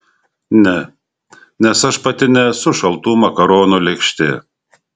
ne nes aš pati nesu šaltų makaronų lėkštė